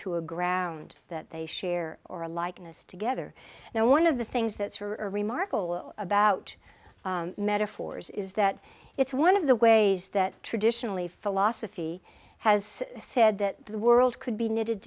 to a ground that they share or a likeness together now one of the things that are remarkable about metaphors is that it's one of the ways that traditionally philosophy has said that the world could be knitted